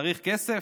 צריך כסף,